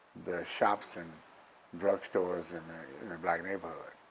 the shops and drugstores and in the black neighborhood,